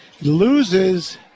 Loses